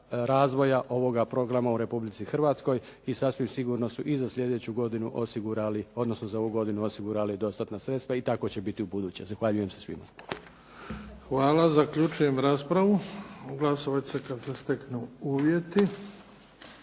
razvoja ovoga programa u Republici Hrvatskoj i sasvim sigurno su i za slijedeću godinu osigurali odnosno za ovu godinu osigurali dostatna sredstva i tako će biti i u buduće. Zahvaljujem se svima. **Bebić, Luka (HDZ)** Hvala. Zaključujem raspravu. Glasovat ćemo kad se steknu uvjeti.